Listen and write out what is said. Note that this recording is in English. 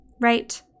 Right